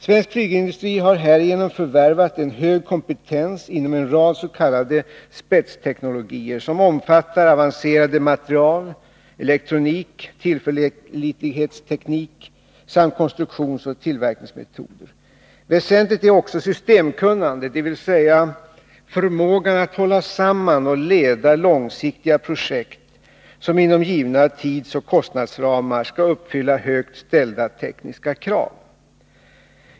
Svensk flygindustri har härigenom förvärvat en hög kompetens inom en rad s.k. spetsteknologier, som omfattar avancerad materiel, elektronik, tillförlitlighetsteknik samt konstruktionsoch tillverkningsmetoder. Väsentligt är också systemkunnande, dvs. förmågan att hålla samman och leda långsiktiga projekt, som inom givna tidsoch kostnadsramar skall uppfylla högt ställda tekniska krav.